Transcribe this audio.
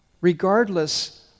Regardless